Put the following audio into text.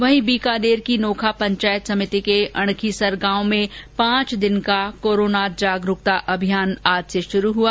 वहीं बीकानेर की नोखा पंचायत समिति के अणखीसर गांव में पांच दिवसीय कोरोना जागरुकता अभियान आज से शुरु हआ